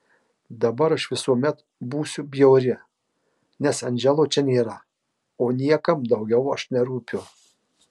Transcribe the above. dabar aš visuomet būsiu bjauri nes andželo čia nėra o niekam daugiau aš nerūpiu